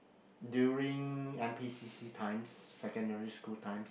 during N_P_C_C times secondary school times